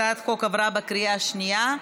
הצעת החוק עברה בקריאה שנייה.